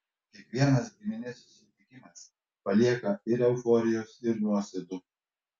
kiekvienas giminės susitikimas palieka ir euforijos ir nuosėdų